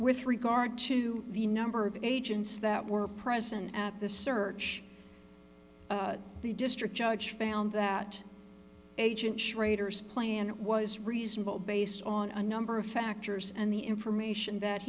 with regard to the number of agents that were present at the search the district judge found that agent schrader's plan it was reasonable based on a number of factors and the information that